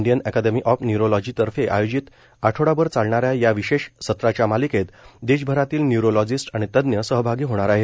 Indian academy of न्यूरोलॉजीतर्फे आयोजित आठवडाभर चालणाऱ्या या विशेष सत्रांच्या मालिकेत देशभरातील न्यूरोलॉजिस्ट आणि तज्ज्ञ सहभागी होणार आहेत